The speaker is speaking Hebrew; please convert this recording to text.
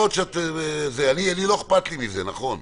לי לא אכפת מזה, נכון ...